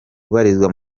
ubarizwa